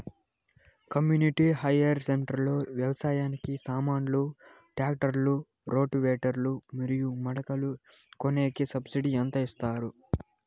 community hire centre లో వ్యవసాయానికి సామాన్లు ట్రాక్టర్లు రోటివేటర్ లు మరియు మడకలు కొనేకి సబ్సిడి ఎంత ఇస్తారు